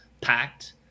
packed